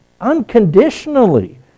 unconditionally